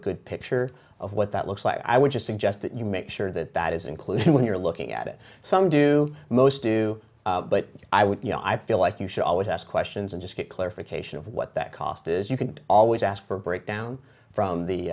good picture of what that looks like i would just suggest that you make sure that that is included when you're looking at it some do most do but i would you know i feel like you should always ask questions and just get clarification of what that cost is you can always ask for a breakdown from the